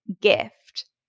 gift